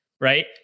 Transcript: right